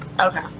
Okay